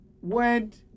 went